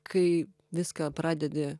kai viską pradedi